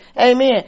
Amen